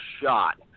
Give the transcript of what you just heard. shot